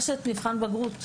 המלילה.